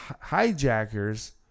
hijackers